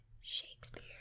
Shakespeare